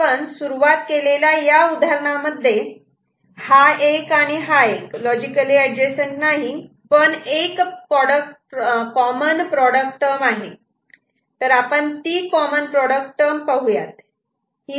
आपण सुरुवात केलेल्या या उदाहरणांमध्ये हा 1 आणि हा 1 लॉजिकली एडजसंट नाही पण एक कॉमन प्रॉडक्ट टर्म आहे तर आपण ती कॉमन प्रॉडक्ट टर्म पाहु यात